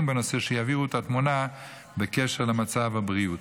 בנושא שיבהירו את התמונה בקשר למצב הבריאות.